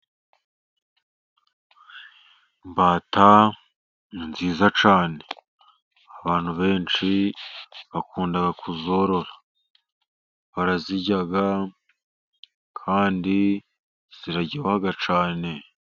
Imbata ni nziza cyane. Abantu benshi bakunda kuzorora, barazirya kandi ziraryoha cyane.